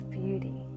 beauty